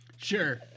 Sure